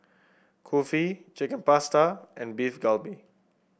Kulfi Chicken Pasta and Beef Galbi